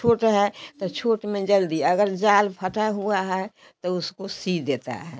छोटी है तो छोटे में जल्दी या अगर जाल फटा हुआ है तो उसको सी देते हैं